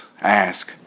ask